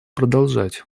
продолжать